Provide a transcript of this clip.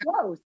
close